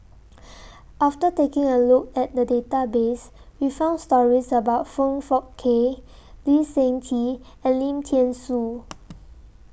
after taking A Look At The Database We found stories about Foong Fook Kay Lee Seng Tee and Lim Thean Soo